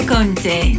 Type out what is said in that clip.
Conte